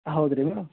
ಹೌದು ರಿ ಮೇಡಮ್